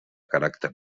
caràcter